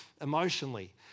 emotionally